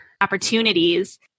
opportunities